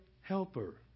helper